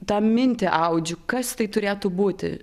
tą mintį audžiu kas tai turėtų būti